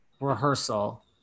rehearsal